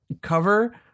cover